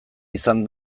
izan